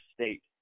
state